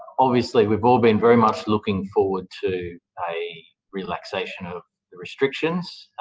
obviously, we've all been very much looking forward to a relaxation of the restrictions,